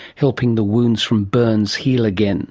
helping the wounds from burns heal again